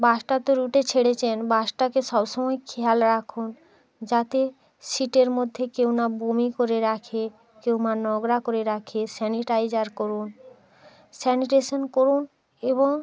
বাসটা তো রুটে ছেড়েছেন বাসটাকে সব সময় খেয়াল রাখুন যাতে সিটের মধ্যে কেউ না বমি করে রাখে কেউ না নোংরা করে রাখে স্যানিটাইজার করুন স্যানিটেশন করুন এবং